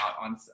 on